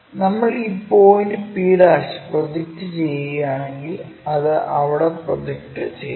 നമ്മൾ ഈ point p' project ചെയ്യുകയാണെങ്കിൽ അത് അവിടെ പ്രൊജക്റ്റു ചെയ്യുന്നു